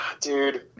dude